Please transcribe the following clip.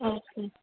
okay